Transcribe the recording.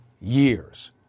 years